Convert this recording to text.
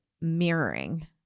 mirroring